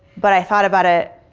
but i thought about it,